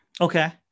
okay